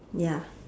ya